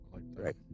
right